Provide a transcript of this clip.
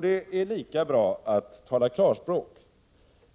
Det är lika bra att tala klarspråk: